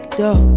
dog